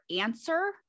answer